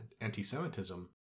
anti-Semitism